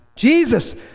Jesus